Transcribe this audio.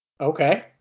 Okay